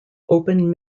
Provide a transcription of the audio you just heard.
open